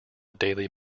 daily